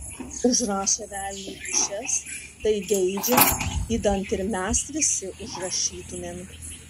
užrašę velniui dūšias tai geidžia idant ir mes visi užrašytumėm